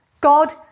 God